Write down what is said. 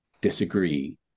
disagree